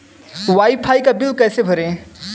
Wi fi का bill कैसे भरें?